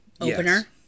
opener